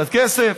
קצת כסף,